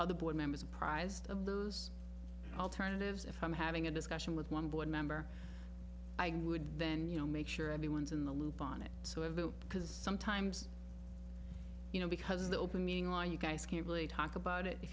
other board members apprised of those alternatives if i'm having a discussion with one board member i would then you know make sure everyone's in the loop on it so it will because sometimes you know because the open meeting law you guys can't really talk about it if